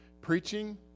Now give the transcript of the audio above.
preaching